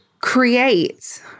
create